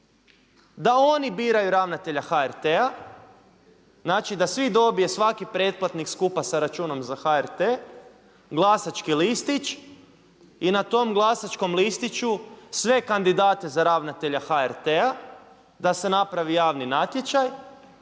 da oni biraju ravnatelja HRT-a, znači da svi dobiju, svaki pretplatnik skupa sa računom za HRT glasački listić i na tom glasačkom listiću sve kandidate za ravnatelja HRT-a. Da se napravi javni natječaj